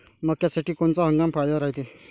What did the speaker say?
मक्क्यासाठी कोनचा हंगाम फायद्याचा रायते?